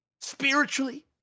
spiritually